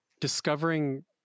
discovering